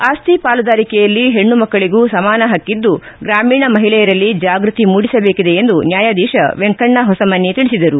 ಆಸ್ತಿ ಪಾಲುದಾರಿಕೆಯಲ್ಲಿ ಹೆಣ್ಣು ಮಕ್ಕಳಗೂ ಸಮಾನ ಹಕ್ಕೆದ್ದು ಗ್ರಾಮೀಣ ಮಹಿಳೆಯರಲ್ಲಿ ಜಾಗೃತಿ ಮೂಡಿಸಬೇಕಿದೆ ಎಂದು ನ್ಯಾಯಧೀಶ ವೆಂಕಣ್ಣಹೊಸಮನಿ ತಿಳಿಸಿದರು